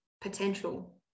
potential